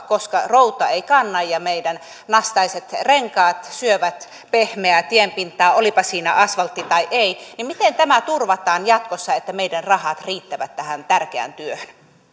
koska routa ei kanna ja meidän nastaiset renkaat syövät pehmeää tienpintaa olipa siinä asfaltti tai ei miten turvataan jatkossa että meidän rahat riittävät tähän tärkeään työhön